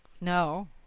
No